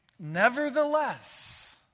Nevertheless